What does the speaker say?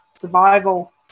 survival